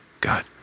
God